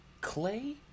Clay